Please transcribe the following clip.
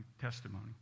testimony